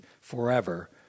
forever